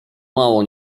mało